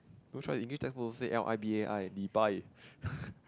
no choice English textbook also say L I B A I Li-Bai